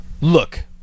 Look